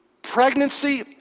pregnancy